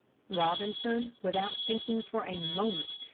robinson, without thinking for a moment,